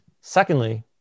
Secondly